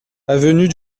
avenue